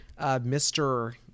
Mr